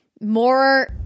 more